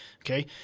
okay